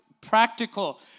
practical